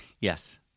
Yes